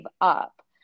up